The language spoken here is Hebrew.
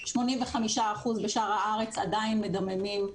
85% בשאר הארץ עדיין מדממים,